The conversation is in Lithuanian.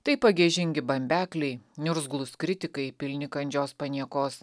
tai pagiežingi bambekliai niurzglūs kritikai pilni kandžios paniekos